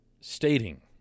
stating